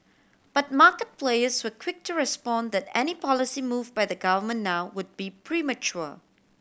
but market players were quick to respond that any policy move by the government now would be premature